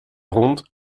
rond